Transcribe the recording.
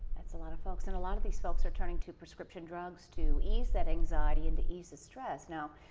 that's a lot of folks. and a lot of these folks are turning to prescription drugs to ease that anxiety and to ease the stress. now,